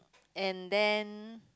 and then